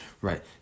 right